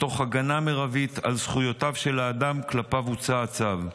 ותוך הגנה מרבית על זכויותיו של האדם שכלפיו הוצא הצו.